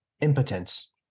impotence